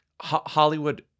Hollywood